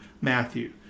Matthew